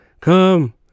come